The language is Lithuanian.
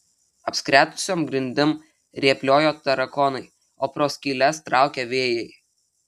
apskretusiom grindim rėpliojo tarakonai o pro skyles traukė vėjai